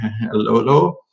Lolo